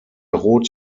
rot